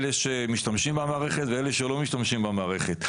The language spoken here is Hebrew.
אלה שמשתמשים במערכת ואלה שלא משתמשים במערכת.